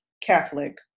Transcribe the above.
catholic